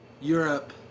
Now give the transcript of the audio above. Europe